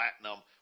Platinum